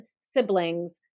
siblings